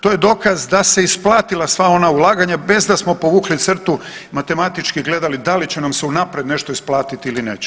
To je dokaz da se isplatila sva ona ulaganja bez da smo povukli crtu, matematički gledali da će nam se unaprijed nešto isplatiti ili neće.